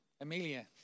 Amelia